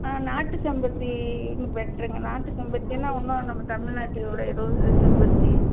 ஆ நாட்டு செம்பருத்தி எனக்கு பெட்டருங்க நாட்டு செம்பருத்தி இன்னும் நம்ம தமிழ்நாட்டோட இது செம்பருத்தி